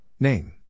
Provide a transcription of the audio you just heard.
name